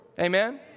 Amen